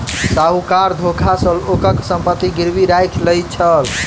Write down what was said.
साहूकार धोखा सॅ लोकक संपत्ति गिरवी राइख लय छल